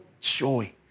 joy